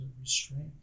restraint